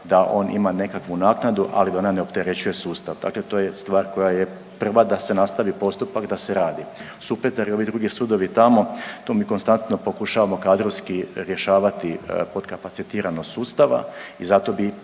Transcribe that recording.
da on ima nekakvu naknadu, ali da ona ne opterećuje sustav, dakle to je stvar koja je prva da se nastavi postupak, da se radi. Supetar i ovi drugi sudovi tamo to mi konstantno pokušavamo kadrovski rješavati podkapacitiranost sustava i zato bi